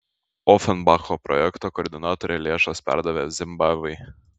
ofenbacho projekto koordinatorė lėšas perdavė zimbabvei